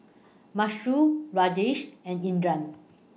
Mukesh Rajesh and Indira